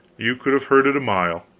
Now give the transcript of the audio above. you could have heard it a mile.